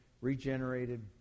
regenerated